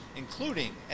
Including